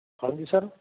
ਹਾਂਜੀ ਸਰ